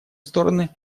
стороны